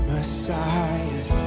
Messiah